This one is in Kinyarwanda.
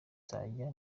nzajya